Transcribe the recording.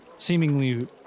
Seemingly